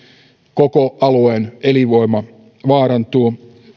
koko alueen elinvoima vaarantuu